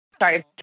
Sorry